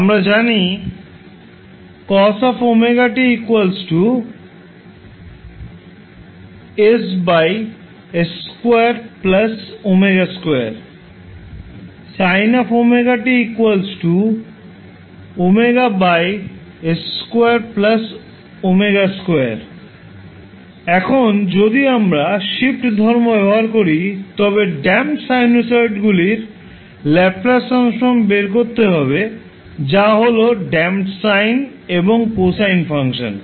আমরা জানি এখন যদি আমরা শিফট ধর্ম ব্যবহার করি তবে ড্যাম্পড সাইনোসয়েডগুলির ল্যাপ্লাস ট্রান্সফর্ম বের করতে হবে যা হল ড্যাম্পড সাইন এবং কোসাইন ফাংশন